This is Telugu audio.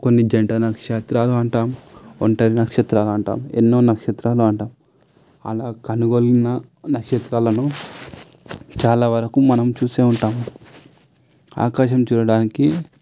కొన్ని జంట నక్షత్రాలు అంటాం ఒంటరి నక్షత్రాలు అంటాం ఎన్నో నక్షత్రాలు అంటాం అలా కనుగొనిన నక్షత్రాలను చాలా వరకు మనం చూసే ఉంటాం ఆకాశం చూడడానికి